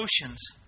emotions